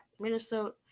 Minnesota